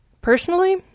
Personally